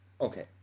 okay